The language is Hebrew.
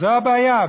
זו הבעיה.